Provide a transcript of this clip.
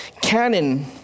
canon